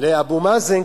לאבו מאזן,